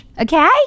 okay